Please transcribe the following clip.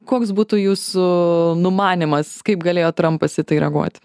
koks būtų jūsų numanymas kaip galėjo trampas į tai reaguot